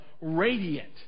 radiant